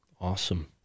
awesome